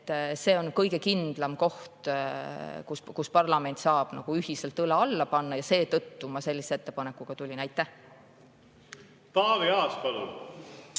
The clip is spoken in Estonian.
–, on kõige kindlam koht, kus parlament saab ühiselt õla alla panna, ja seetõttu ma sellise ettepanekuga tulin. Taavi Aas, palun!